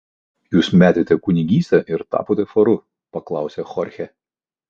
o kaip jūs metėte kunigystę ir tapote faru paklausė chorchė